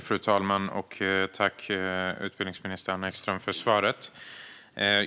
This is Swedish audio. Fru talman! Tack, utbildningsminister Anna Ekström, för svaret!